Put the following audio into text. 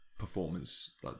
performance